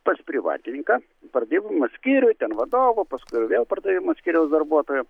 pas privatininką pardavimo skyriuj ten vadovu paskui ir vėl pardavimo skyriaus darbuotoju